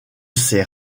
ses